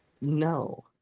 No